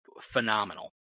phenomenal